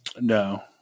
No